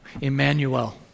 Emmanuel